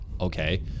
okay